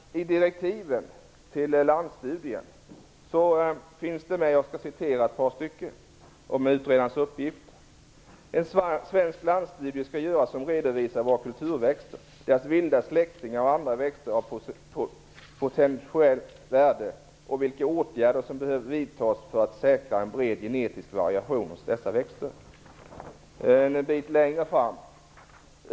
I direktiven till landsstudien står angående utredarens uppgifter: "En svensk landsstudie skall göras som redovisar våra kulturväxter, deras vilda släktingar och andra växter av potentiellt värde och vilka åtgärder som behöver vidtas för att säkra en bred genetisk variation hos dessa växter.